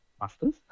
masters